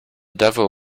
devil